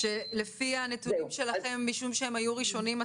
לפי הנתונים שלכם משום שהם היו ראשונים,